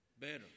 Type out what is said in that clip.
better